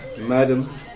Madam